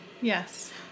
Yes